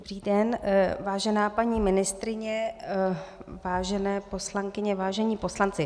Dobrý den, vážená paní ministryně, vážené poslankyně, vážení poslanci.